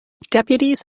deputies